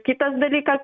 kitas dalykas